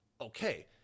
Okay